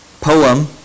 poem